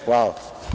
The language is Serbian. Hvala.